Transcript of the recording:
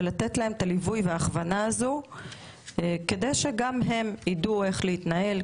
ולתת להם את הליווי וההכוונה הזו כדי שגם הם ידעו איך להתנהל.